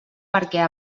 perquè